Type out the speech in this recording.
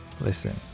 listen